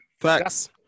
Facts